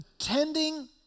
attending